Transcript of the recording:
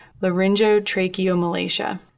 laryngotracheomalacia